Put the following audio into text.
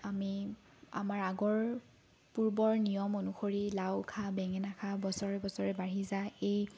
আমি আমাৰ আগৰ পূৰ্বৰ নিয়ম অনুসৰি ''লাও খা বেঙেনা খা বছৰে বছৰে বাঢ়ি যা'' এই